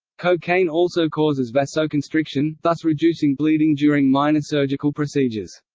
cocaine also causes vasoconstriction, thus reducing bleeding during minor surgical procedures.